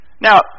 Now